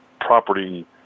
property